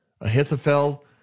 Ahithophel